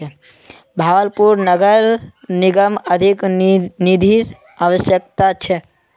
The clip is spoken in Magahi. भागलपुर नगर निगमक अधिक निधिर अवश्यकता छ